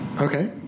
Okay